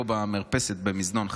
במרפסת במזנון ח"כים.